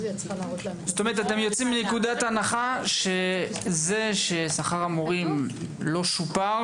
אתם יוצאים מנקודת הנחה שזה ששכר המורים לא שופר